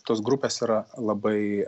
tos grupės yra labai